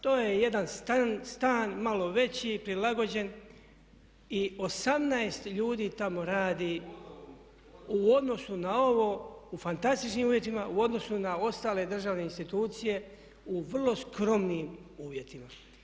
To je jedan stan malo veći prilagođen i 18 ljudi tamo radi u odnosu na ovo u fantastičnim uvjetima, u odnosu na ostale državne institucije u vrlo skromnim uvjetima.